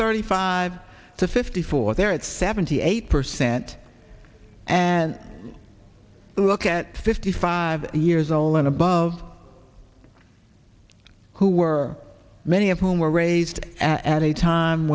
thirty five to fifty four there it's seventy eight percent and look at fifty five years old and above who were many of whom were raised at a time